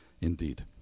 indeed